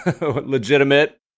legitimate